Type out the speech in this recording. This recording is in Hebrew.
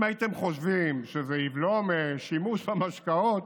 אם הייתם חושבים שזה יבלום שימוש במשקאות,